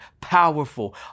powerful